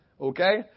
Okay